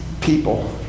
people